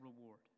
reward